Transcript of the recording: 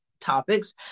topics